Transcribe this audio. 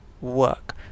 work